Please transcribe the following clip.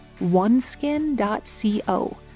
oneskin.co